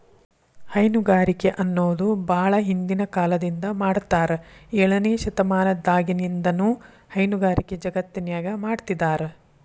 ಹೈನುಗಾರಿಕೆ ಅನ್ನೋದು ಬಾಳ ಹಿಂದಿನ ಕಾಲದಿಂದ ಮಾಡಾತ್ತಾರ ಏಳನೇ ಶತಮಾನದಾಗಿನಿಂದನೂ ಹೈನುಗಾರಿಕೆ ಜಗತ್ತಿನ್ಯಾಗ ಮಾಡ್ತಿದಾರ